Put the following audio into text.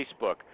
Facebook